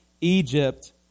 Egypt